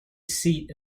seat